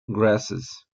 grasses